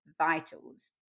vitals